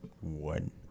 one